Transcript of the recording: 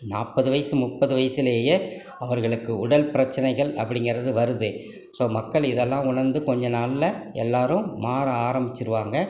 நாற்பது வயது முப்பது வயதுலேயே அவர்களுக்கு உடல் பிரச்சினைகள் அப்படிங்கறது வருது ஸோ மக்கள் இதெல்லாம் உணர்ந்து கொஞ்சம் நாளில் எல்லாரும் மாற ஆரம்பிச்சிருவாங்க